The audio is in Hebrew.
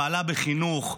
פעלה בחינוך,